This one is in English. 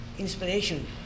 Inspiration